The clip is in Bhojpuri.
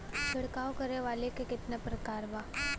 छिड़काव करे वाली क कितना प्रकार बा?